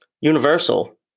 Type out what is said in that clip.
Universal